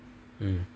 mm